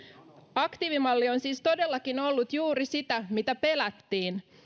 aktiivimalli on siis todellakin ollut juuri sitä mitä pelättiin